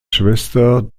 schwester